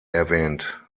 erwähnt